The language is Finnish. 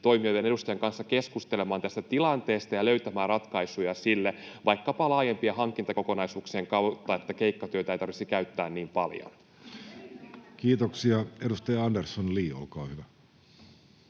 toimijoiden edustajien kanssa keskustelemaan tästä tilanteesta ja löytämään ratkaisuja sille — vaikkapa laajempien hankintakokonaisuuksien kautta — että keikkatyötä ei tarvitsisi käyttää niin paljon? [Krista Kiuru: Erinomainen